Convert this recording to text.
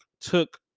took